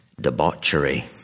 debauchery